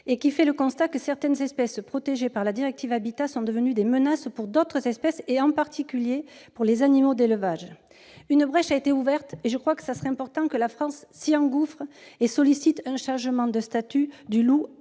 fondée sur le constat que certaines espèces protégées par la directive Habitats sont devenues des menaces pour d'autres espèces, en particulier pour les animaux d'élevage. Une brèche a donc été ouverte, et il serait important que la France s'y engouffre en sollicitant un changement de statut du loup